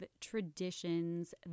traditions